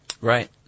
Right